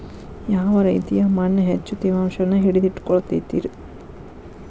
ಯಾವ ರೇತಿಯ ಮಣ್ಣ ಹೆಚ್ಚು ತೇವಾಂಶವನ್ನ ಹಿಡಿದಿಟ್ಟುಕೊಳ್ಳತೈತ್ರಿ?